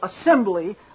assembly